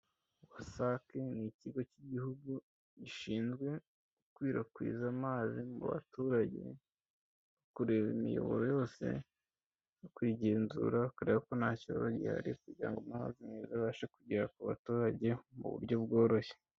WASAC ni ikigo cy'igihugu gishinzwe gukwirakwiza amazi mu baturage, kureba imiyoboro yose no kuyigenzura bakareba ko nta kibazo gihari kugira ngo amazi meza abashe kugera ku baturage mu buryo bworoshye.